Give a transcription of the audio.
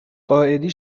قائدی